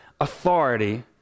authority